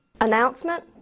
announcement